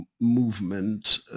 movement